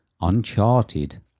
uncharted